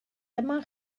dyma